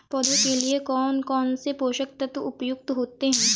पौधे के लिए कौन कौन से पोषक तत्व उपयुक्त होते हैं?